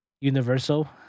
universal